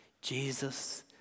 Jesus